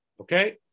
Okay